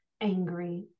angry